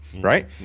right